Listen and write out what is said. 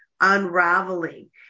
unraveling